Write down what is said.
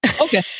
Okay